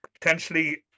potentially